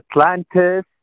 Atlantis